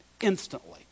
Instantly